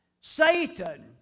Satan